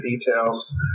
details